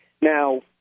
Now